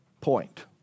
point